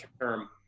term